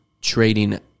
trading